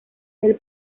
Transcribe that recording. del